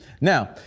Now